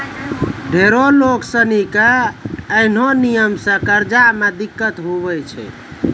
ढेरो लोग सनी के ऐन्हो नियम से कर्जा मे दिक्कत हुवै छै